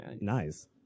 Nice